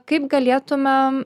kaip galėtumėm